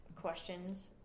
questions